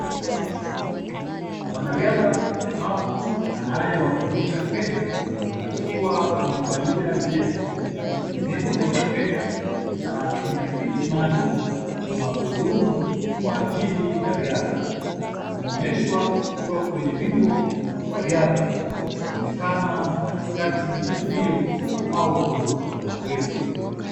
Mwanariadha mlemavu anayewakilisha Kenya, akiwa amevalia jezi yenye nembo ya Kenya na anatumia kiti maalum cha magurudumu kwa ajili ya riadha. Ameonyeshwa akiwa kwenye wingu wa riadha akionekana katikati ya mbio au mazoezi.